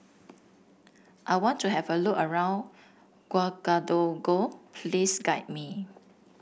I want to have a look around Ouagadougou please guide me